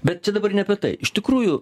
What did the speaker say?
bet čia dabar ne apie tai iš tikrųjų